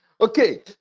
Okay